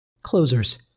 closers